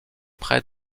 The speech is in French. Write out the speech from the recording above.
prêt